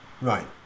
Right